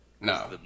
No